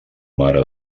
mare